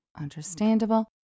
understandable